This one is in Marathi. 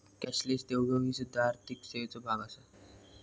कॅशलेस देवघेव ही सुध्दा आर्थिक सेवेचो भाग आसा